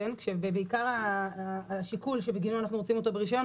כשעיקר השיקול שבגינו אנחנו רוצים אותם ברישיון,